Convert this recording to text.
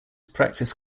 practice